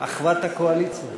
אחוות הקואליציה.